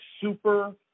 super